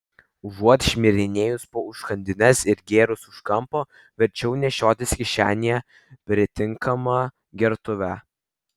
užuot šmirinėjus po užkandines ir gėrus už kampo verčiau nešiotis kišenėje pritinkamą gertuvę